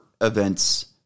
events